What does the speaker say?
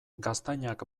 gaztainak